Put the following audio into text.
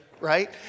right